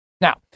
Now